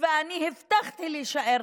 12 שנה, 12 שנה, זאת התשובה הקבועה.